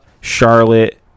Charlotte